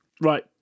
Right